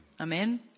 Amen